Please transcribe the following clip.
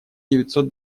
девятьсот